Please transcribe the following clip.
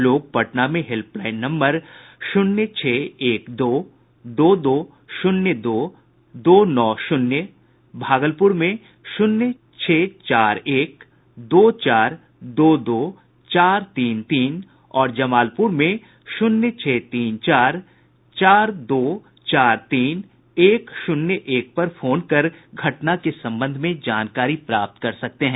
लोग पटना में helpline number शून्य छह एक दो दो दो शून्य दो दो नौ शून्य भागलपुर में शून्य छह चार एक दो चार दो दो चार तीन तीन और जमालपुर में शून्य छह तीन चार चार दो चार तीन एक शून्य एक पर फोन कर घटना के संबंध में जानकारी प्राप्त कर सकते हैं